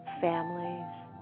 families